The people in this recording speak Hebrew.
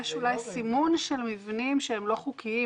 יש אולי סימון של מבנים שהם לא חוקיים,